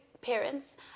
parents